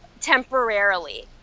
temporarily